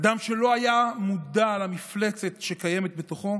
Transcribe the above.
אדם שלא היה מודע למפלצת שקיימת בתוכו.